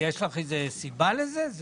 יש לך איזו סיבה לזה?